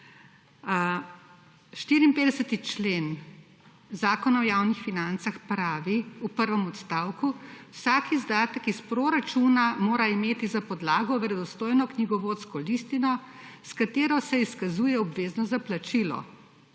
54. člen Zakona o javnih financah pravi, v prvem odstavku, vsak izdatek iz proračuna mora imeti za podlago verodostojno knjigovodsko listino, s katero se izkazuje obveznost za plačilo.